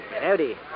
Howdy